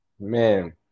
Man